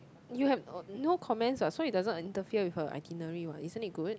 you have no comments what so it doesn't interfere with her itinerary what isn't it good